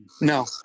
No